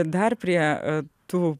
dar prie tų